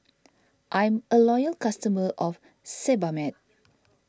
I'm a loyal customer of Sebamed